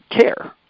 care